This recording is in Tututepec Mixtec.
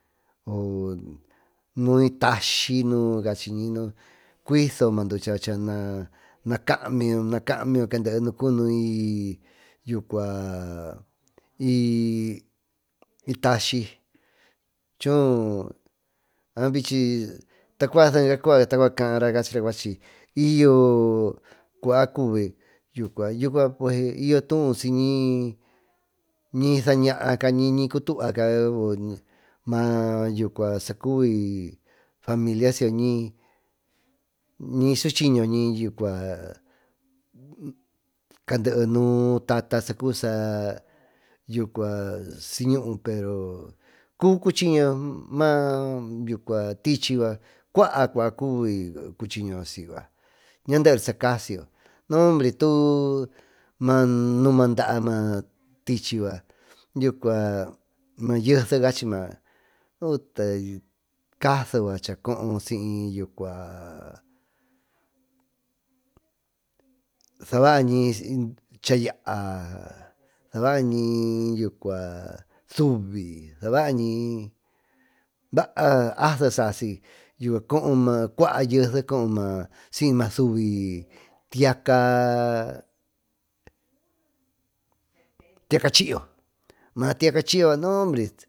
Nuvi tatasy cuiso duucha naaa caamiyo naa caamiyo nuu i tasy choo tacuarasee cuaara y yo cuba cuby i yo cuba kuvi y yo coyo tuú ñisa ñaa cany o ñy cutuva ñy maa familia ñi suchiy ño ñi caadee nuu tata cubi cuchiñiyo maatichy cuaa cuba cubi cuchiñoyo ñaa deri sa casiyo noombre tu manuma daa ma tichy yu cua ma yese utele casu coo siy sabaañi cayoñi sabaañi subi baá ase coho cua yese coo siy ma suby tiyaca chiyo noombre.